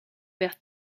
vers